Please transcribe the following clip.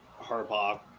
Harbaugh